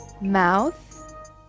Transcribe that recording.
mouth